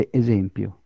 esempio